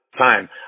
time